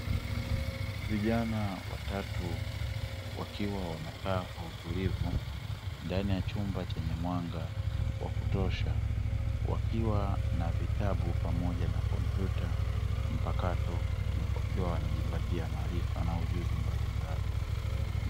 Vijana watatu wakiwa wamekaa kwa utulivu ndani ya chumba chenye mwanga wa kutosha, wakiwa na vitabu pamoja na kompyuta mpakato wakiwa wanajipatia maarifa na ujuzi mbalimbali.